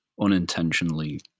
unintentionally